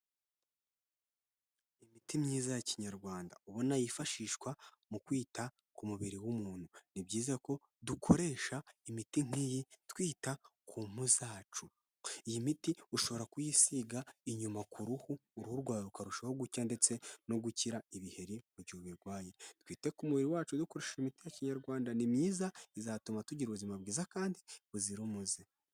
Imiti myiza ya kinyarwanda ubona yifashishwa mu kwita ku mubiri w'umuntu. Ni byiza ko dukoresha imiti nk'iyi twita ku mpu zacu. Iyi miti ushobora kuyisiga inyuma ku ruhu, uruhu rwawe rukarushaho gucya ndetse no gukira ibiheri mu gihe ubirwaye. Twite ku mubiri wacu dukoresheje imiti ya Kinyarwanda, ni myiza, izatuma tugira ubuzima bwiza kandi buzira umuze.